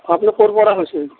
আপুনি ক'ৰ পৰা কৈছে